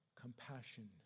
compassion